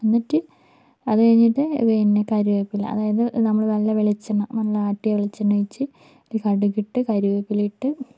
എന്നിട്ട് അതുകഴിഞ്ഞിട്ട് പിന്നെ കറിവേപ്പില അതായത് നമ്മൾ നല്ല വെളിച്ചെണ്ണ നല്ല ആട്ടിയ വെളിച്ചെണ്ണ ഒഴിച്ച് അതിൽ കടുകിട്ട് കറിവേപ്പില ഇട്ട്